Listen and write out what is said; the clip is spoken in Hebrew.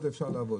לעבוד